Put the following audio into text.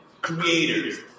creators